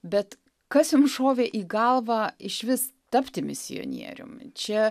bet kas jum šovė į galvą išvis tapti misionieriumi čia